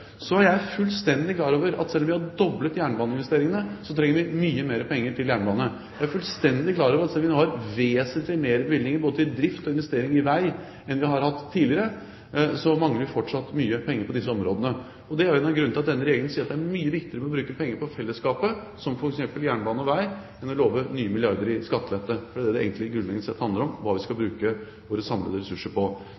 Så er jeg fullstendig klar over at selv om vi har doblet jernbaneinvesteringene, trenger vi mye mer penger til jernbane. Jeg er fullstendig klar over at selv om vi nå har vesentlig større bevilgninger til både drift og investering i vei enn vi har hatt tidligere, mangler vi fortsatt mye penger til disse områdene. Det er en av grunnene til at denne regjeringen sier at det er mye viktigere å bruke penger på fellesskapet, som f.eks. jernbane og vei, som å love nye milliarder i skattelette – for det er det det grunnleggende sett handler om: hva vi skal